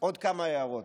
עוד כמה הערות.